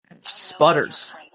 sputters